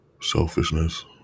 selfishness